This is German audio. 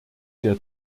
der